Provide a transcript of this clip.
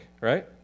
right